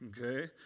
Okay